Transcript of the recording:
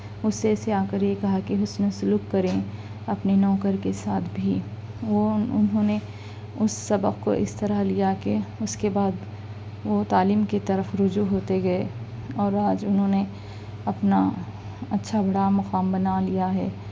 غصہ سے آ کر یہ کہا کہ حسن سلوک کریں اپنے نوکر کے ساتھ بھی وہ انہوں نے اس سبق کو اس طرح لیا کہ اس کے بعد وہ تعلیم کی طرف رجوع ہوتے گئے اور آج انہوں نے اپنا اچھا بڑا مقام بنا لیا ہے